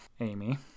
Amy